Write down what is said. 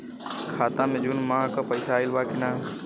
खाता मे जून माह क पैसा आईल बा की ना?